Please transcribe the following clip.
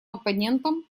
оппонентом